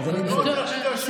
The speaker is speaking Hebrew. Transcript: הוא לא רוצה להקשיב ליושב-ראש.